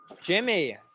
Jimmy